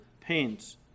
pains